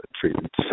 treatment